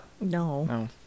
No